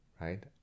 right